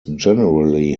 generally